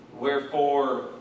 wherefore